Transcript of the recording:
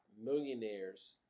millionaires